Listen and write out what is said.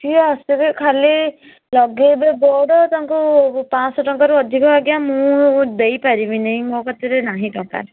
ସିଏ ଆସିବେ ଖାଲି ଲଗାଇବେ ବୋର୍ଡ଼ ତାଙ୍କୁ ପାଞ୍ଚଶହ ଟଙ୍କାରୁ ଅଧିକ ଆଜ୍ଞା ମୁଁ ଦେଇପାରିମିନି ମୋ କତିରେ ନାହିଁ ଟଙ୍କା